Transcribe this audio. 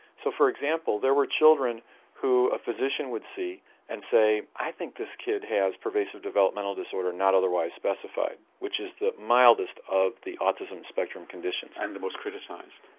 so for example there were children who a physician would see and say i think this kid has pervasive developmental disorder not otherwise specified. which is the mildest of the autism spectrum conditions. and the most criticised.